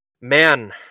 Man